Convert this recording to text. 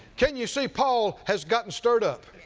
can you see paul has gotten stirred up?